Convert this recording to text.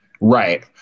Right